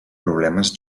problemes